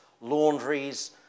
laundries